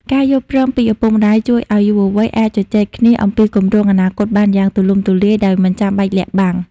ការយល់ព្រមពីឪពុកម្ដាយជួយឱ្យយុវវ័យអាចជជែកគ្នាអំពីគម្រោងអនាគតបានយ៉ាងទូលំទូលាយ ដោយមិនចាំបាច់លាក់បាំង។